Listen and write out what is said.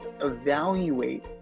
evaluate